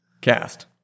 Cast